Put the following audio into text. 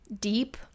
deep